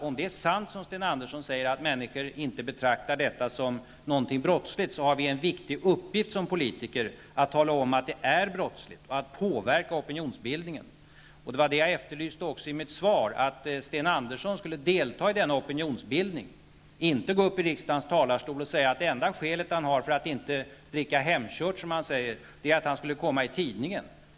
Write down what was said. Om det är sant, som Sten Andersson säger, att människor inte betraktar hembränning som någonting brottsligt har vi som politiker en viktig uppgift, nämligen den att tala om att det är brottsligt. Då måste vi påverka opinionen. I mitt svar efterlyste jag också Sten Anderssons deltagande i denna opinionsbildning, så att han inte inskränker sig till att gå upp i riksdagens talarstol och säga att det enda skälet till att inte dricka, som han säger, hemkört är att han skulle komma i tidningen.